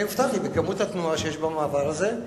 אני הופתעתי מכמות התנועה שיש במעבר הזה.